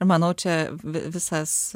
ir manau čia vi visas